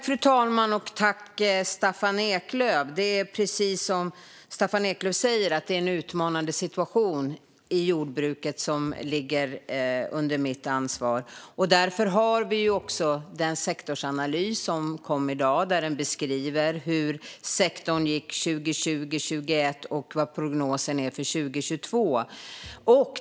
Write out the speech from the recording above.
Fru talman! Det är precis som Staffan Eklöf säger: Det är en utmanande situation i jordbruket, som ligger under mitt ansvar. Den sektorsanalys som kom i dag beskriver hur sektorn gick 2020 och 2021 och vad prognosen är för 2022.